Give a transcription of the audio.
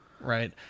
right